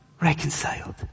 reconciled